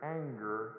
anger